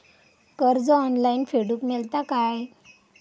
कर्ज ऑनलाइन फेडूक मेलता काय?